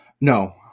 No